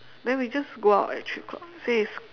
then we just go out at three o-clock say it's